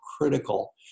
critical